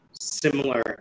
similar